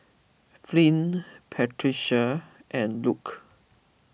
Flint Patricia and Luke